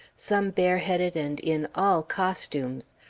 some bareheaded, and in all costumes.